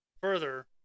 Further